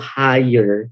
higher